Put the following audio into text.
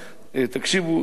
לימוד חז"לי יפה,